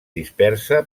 dispersa